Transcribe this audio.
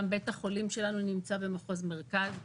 גם בית החולים שלנו נמצא במחוז מרכז,